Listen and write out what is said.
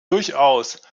durchaus